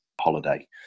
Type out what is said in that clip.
holiday